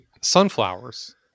sunflowers